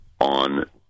on